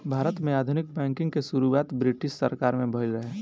भारत में आधुनिक बैंकिंग के शुरुआत ब्रिटिस सरकार में भइल रहे